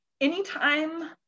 Anytime